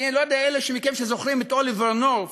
כי אני לא יודע, אלה מכם שזוכרים את אוליבר נורת',